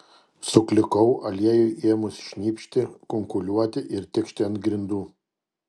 suklikau aliejui ėmus šnypšti kunkuliuoti ir tikšti ant grindų